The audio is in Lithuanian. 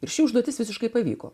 ir ši užduotis visiškai pavyko